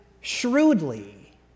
shrewdly